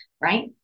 right